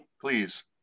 please